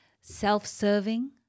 self-serving